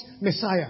Messiah